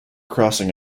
crossing